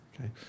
okay